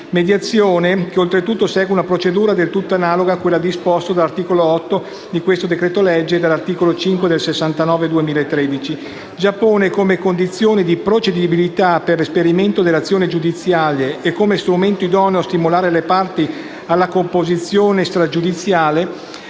del 2013 (che oltretutto segue una procedura del tutto analoga a quella disposta dall'articolo 8 del presente disegno di legge e dall'articolo 5 del decreto-legge n. 69 del 2013), già si pone come condizione di procedibilità per l'esperimento dell'azione giudiziale e come strumento idoneo a stimolare le parti alla composizione stragiudiziale